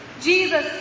Jesus